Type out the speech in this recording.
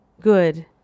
good